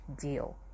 deal